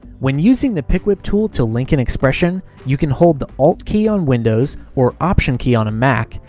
when using the pick whip tool to link an expression, you can hold the alt key on windows, or option key on a mac,